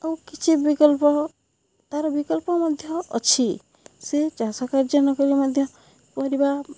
ଆଉ କିଛି ବିକଳ୍ପ ତା'ର ବିକଳ୍ପ ମଧ୍ୟ ଅଛି ସେ ଚାଷ କାର୍ଯ୍ୟ ନ କଲେ ମଧ୍ୟ ପରିବା